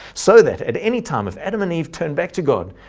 so that at any time if adam and eve turned back to god,